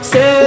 Say